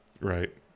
Right